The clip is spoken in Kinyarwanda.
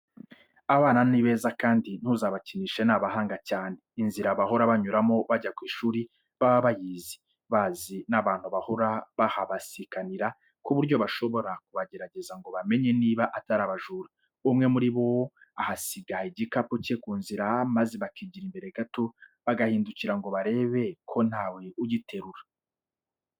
Abana ni beza kandi ntuzabakinishe ni abahanga cyane, inzira bahora banyuramo bajya ku ishuri baba bayizi, bazi n'abantu bahora bahabisikanira ku buryo bashobora kubagerageza ngo bamenye niba atari abajura, umwe muri bo agasiga igikapu cye ku nzira, maze bakigira imbere gato, bagahindukira ngo barebe ko ntawe ugiterura.